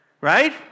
right